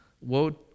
Woe